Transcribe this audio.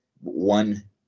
one